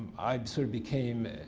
i sort of became,